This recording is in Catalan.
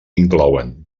inclouen